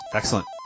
excellent